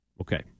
Okay